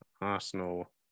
Arsenal